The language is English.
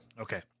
Okay